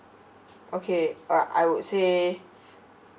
okay uh I would say